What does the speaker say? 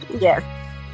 yes